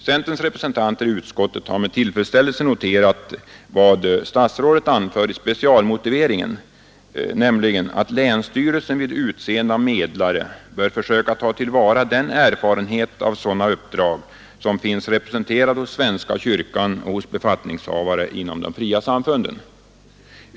Centerns representanter i utskottet har med tillfredsställelse noterat vad statsrådet anför i specialmotiveringen, nämligen att länsstyrelsen vid utseende av medlare bör försöka ta till vara den erfarenhet av sådana uppdrag som finns representerad hos svenska kyrkan och hos befattningshavare i andra trossamfund.